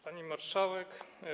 Pani Marszałek!